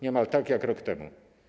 Niemal tak jak rok temu.